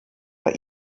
bei